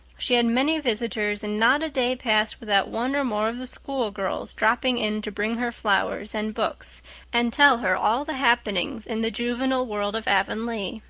she had many visitors and not a day passed without one or more of the schoolgirls dropping in to bring her flowers and books and tell her all the happenings in the juvenile world of avonlea.